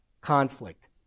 Conflict